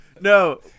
No